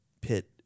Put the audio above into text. pit